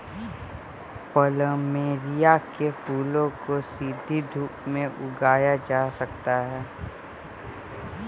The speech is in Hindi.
प्लमेरिया के फूलों को सीधी धूप में उगाया जा सकता है